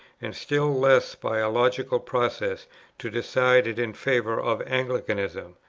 and still less by a logical process to decide it in favour of anglicanism.